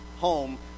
home